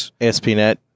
ASP.NET